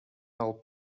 алып